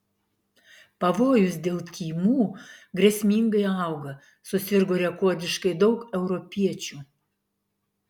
pavojus dėl tymų grėsmingai auga susirgo rekordiškai daug europiečių